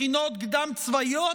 מכינות קדם-צבאיות,